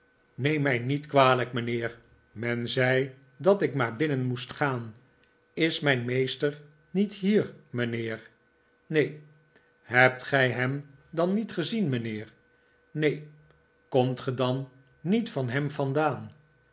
neem mij niet kwalijk mijnheer men zei dat ik maar binnen moest gaan is mijn meester niet hier mijnheer neen hebt gij hem dan niet gezien mijnheer neen komt ge dan niet van hem vandaan